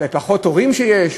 ופחות תורים שיש?